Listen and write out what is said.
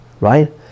right